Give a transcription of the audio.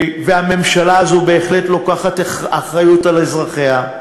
והממשלה הזאת בהחלט לוקחת אחריות על אזרחיה.